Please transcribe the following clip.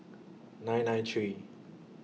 nine nine three